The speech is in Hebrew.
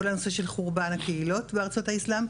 כל הנושא של חורבן הקהילות בארצות האסלאם,